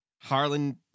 Harlan